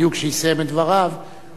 בדיוק כשיסיים את דבריו,